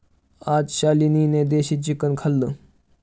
आज शालिनीने देशी चिकन खाल्लं